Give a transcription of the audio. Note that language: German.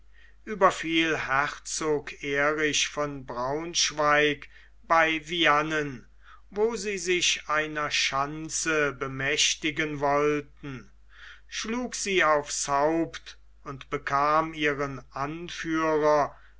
überfiel herzog erich von braunschweig bei viane wo sie sich einer schanze bemächtigen wollten schlug sie aufs haupt und bekam ihren anführer